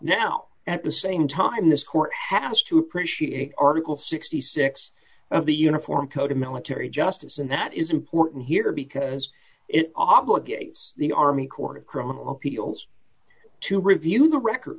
now at the same time this court has to appreciate article sixty six of the uniform code of military justice and that is important here because it obligates the army court of criminal appeals to review the record